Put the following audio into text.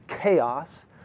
chaos